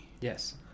Yes